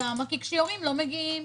כי כשיורים לא מגיעים,